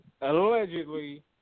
Allegedly